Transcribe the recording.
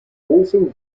also